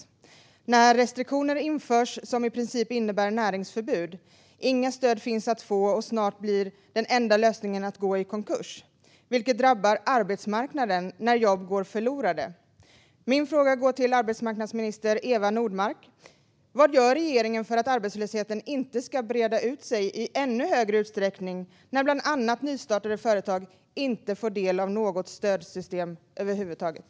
Det införs restriktioner som i princip innebär näringsförbud, och det finns inga stöd att få. Snart blir den enda lösningen att gå i konkurs, vilket drabbar arbetsmarknaden när jobb går förlorade. Min fråga går till arbetsmarknadsminister Eva Nordmark: Vad gör regeringen för att arbetslösheten inte ska breda ut sig i ännu större utsträckning när bland andra nystartade företag inte får del av något stödsystem över huvud taget?